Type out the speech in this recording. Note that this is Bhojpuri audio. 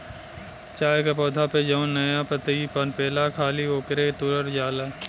चाय के पौधा पे जवन नया पतइ पनपेला खाली ओकरे के तुरल जाला